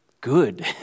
good